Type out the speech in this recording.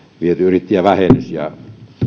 tämä yrittäjävähennys ja